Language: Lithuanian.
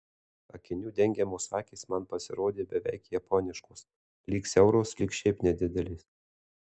akinių dengiamos akys man pasirodė beveik japoniškos lyg siauros lyg šiaip nedidelės